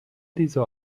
diese